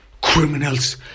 criminals